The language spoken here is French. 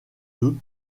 deux